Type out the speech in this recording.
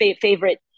favorite